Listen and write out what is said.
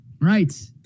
Right